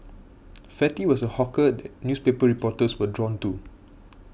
fatty was a hawker that newspaper reporters were drawn to